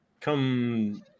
come